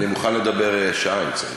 אני מוכן לדבר שעה, אם צריך.